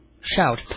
shout